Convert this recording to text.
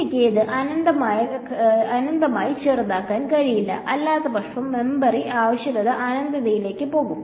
എനിക്ക് ഇത് അനന്തമായി ചെറുതാക്കാൻ കഴിയില്ല അല്ലാത്തപക്ഷം മെമ്മറി ആവശ്യകത അനന്തതയിലേക്ക് പോകും